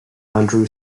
andrew